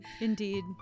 Indeed